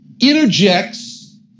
interjects